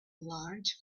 large